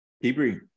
Hebrew